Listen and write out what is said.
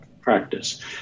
practice